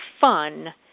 fun